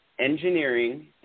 engineering